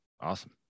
Awesome